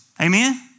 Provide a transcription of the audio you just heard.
Amen